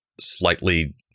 slightly